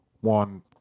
one